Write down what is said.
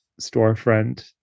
storefront